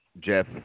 Jeff